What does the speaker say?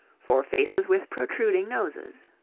for faces with protruding noses.